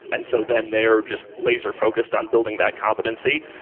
and so then they're just laser-focused on building that competency.